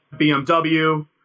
BMW